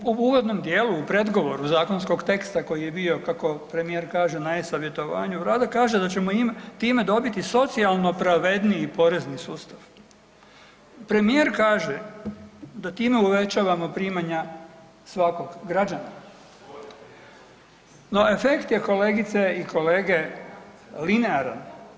Vlada kaže u uvodnom dijelu u predgovoru zakonskog teksta koji je bio kako premijer kaže na e-Savjetovanju, Vlada kaže da ćemo time dobiti socijalno pravedniji porezni sustav. premijer kaže da time uvažavamo primanja svakog građana, no efekt je kolegice i kolege linearan.